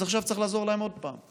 אז עכשיו צריך לעזור להם עוד פעם.